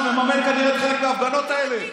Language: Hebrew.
שמממן כנראה חלק מההפגנות האלה.